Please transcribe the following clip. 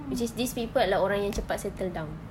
which is these people adalah orang yang cepat settle down